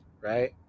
Right